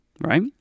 right